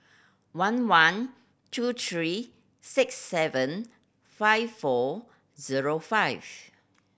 one one two three six seven five four zero five